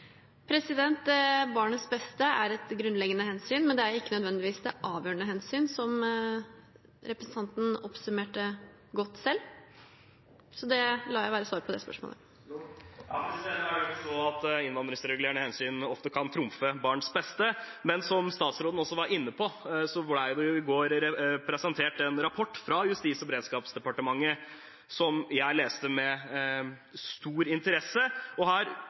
Barnets beste er et grunnleggende hensyn. Men det er ikke nødvendigvis det avgjørende hensyn, som representanten oppsummerte godt selv. Det lar jeg være svaret på det spørsmålet. Da er det slik å forstå at innvandringsregulerende hensyn ofte kan trumfe barns beste. Som statsråden også var inne på, ble det i går presentert en rapport fra Justis- og beredskapsdepartementet som jeg leste med stor interesse. Her